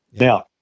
Now